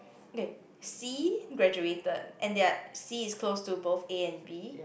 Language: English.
okay C graduated and they are C is close to both A and B